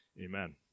Amen